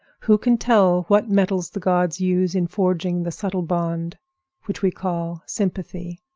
who can tell what metals the gods use in forging the subtle bond which we call sympathy,